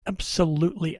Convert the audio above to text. absolutely